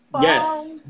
Yes